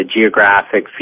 geographic